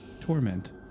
torment